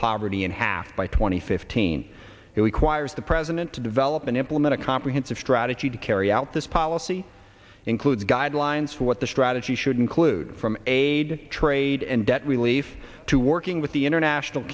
poverty in half by two thousand and fifteen it requires the president to develop and implement a comprehensive strategy to carry out this policy includes guidelines for what the strategy should include from aid trade and debt relief to working with the international